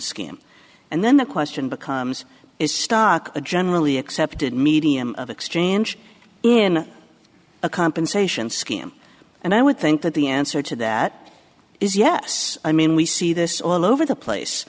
scheme and then the question becomes is stock a generally accepted medium of exchange in a compensation scheme and i would think that the answer to that is yes i mean we see this all over the place